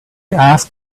asked